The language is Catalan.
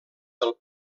del